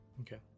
Okay